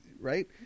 right